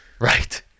Right